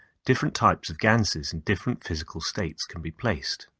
different types of ganses in different physical states can be placed.